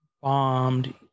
bombed